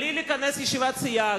בלי להיכנס לישיבת סיעה,